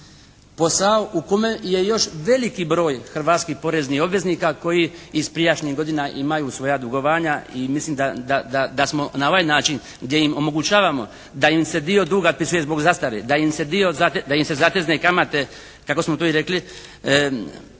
posao u kome je još veliki broj hrvatskih poreznih obveznika koji iz prijašnjih godina imaju svoja dugovanja i mislim da, da smo na ovaj način gdje im omogućavamo da im se dio duga otpisuje zbog zastare, da im se dio, da im se zatezne kamate kako smo to i rekli